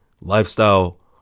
lifestyle